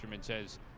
says